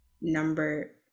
number